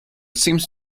seems